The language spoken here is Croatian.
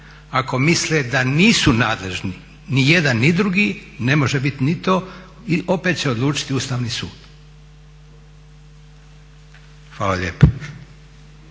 Ako misle da nisu nadležni ni jedan ni drugi, ne može bit ni to i opet će odlučiti Ustavni sud. Hvala lijepa.